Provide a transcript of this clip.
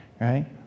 right